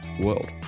world